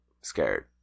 scared